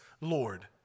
Lord